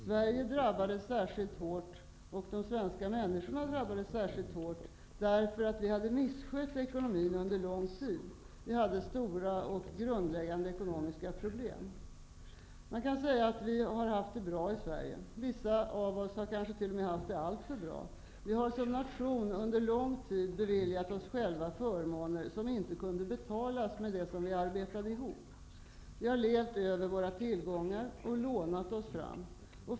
Sverige och svenskarna drabbades särskilt hårt därför att vi hade misskött ekonomin under lång tid. Vi hade stora och grundläggande ekonomiska problem. Man kan säga att vi har haft det bra i Sverige. Vissa av oss har kanske t.o.m. haft det alltför bra. Vi har som nation under lång tid beviljat oss själva förmåner som inte kunde betalas med det vi arbetade ihop. Vi har levt över våra tillgångar och lånat oss fram.